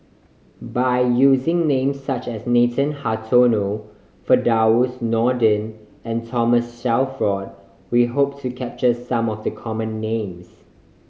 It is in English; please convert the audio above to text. by using names such as Nathan Hartono Firdaus Nordin and Thomas Shelford we hope to capture some of the common names